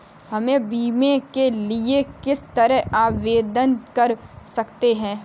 हम बीमे के लिए किस तरह आवेदन कर सकते हैं?